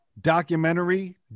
documentary